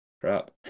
crap